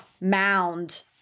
mound